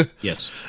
yes